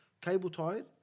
cable-tied